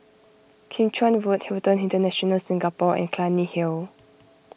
Kim Chuan Road Hilton International Singapore and Clunny Hill